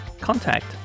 contact